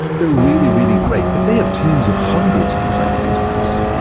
they're really, really great. but they have teams of hundreds behind these apps.